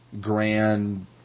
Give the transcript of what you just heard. grand